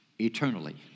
Eternally